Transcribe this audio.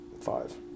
Five